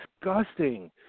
disgusting